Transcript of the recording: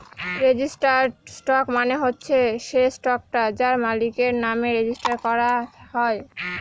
registered stock মানে হচ্ছে সে স্টকটা তার মালিকের নামে রেজিস্টার করা হয়